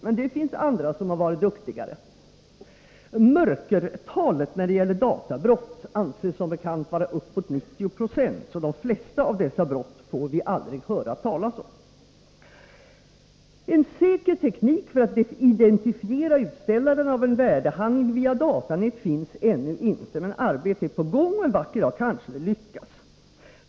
Men det finns andra som har varit duktigare. Mörkertalet när det gäller databrott anses som bekant vara uppåt 90 96, så de flesta av dessa brott får vi aldrig höra talas om. En säker teknik för att identifiera utställaren av en värdehandling via datanät finns ännu inte, men arbete är på gång, och en vacker dag kanske det lyckas.